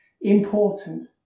important